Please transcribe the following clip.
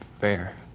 fair